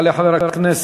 יעלה חבר הכנסת